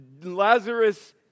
Lazarus